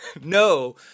No